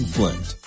Flint